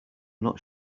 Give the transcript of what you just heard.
not